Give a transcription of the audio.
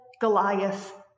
Goliath